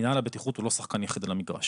מינהל הבטיחות הוא לא שחקן יחד עם המגרש.